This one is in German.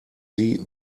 sie